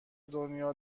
دنیا